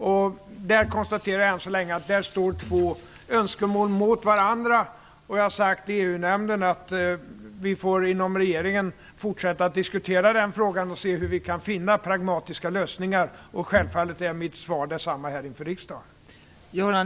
Än så länge står där, konstaterar jag, två önskemål mot varandra. Jag har sagt i EU-nämnden att vi i regeringen får fortsätta med att diskutera den frågan för att se hur vi kan finna pragmatiska lösningar. Självfallet är mitt svar detsamma här inför riksdagen.